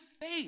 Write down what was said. faith